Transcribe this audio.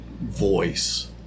voice